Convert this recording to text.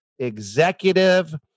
executive